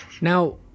Now